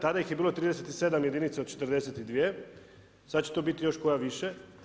Tada ih je bilo 37 jedinica od 42, sada će to biti još koja više.